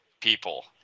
people